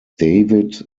david